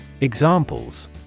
Examples